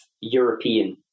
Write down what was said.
European